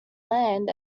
land